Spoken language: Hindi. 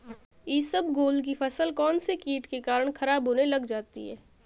इसबगोल की फसल कौनसे कीट के कारण खराब होने लग जाती है?